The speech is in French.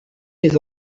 mes